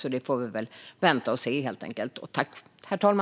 Vi får helt enkelt vänta och se.